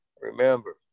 Remember